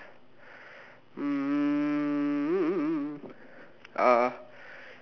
hmm uh